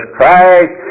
Christ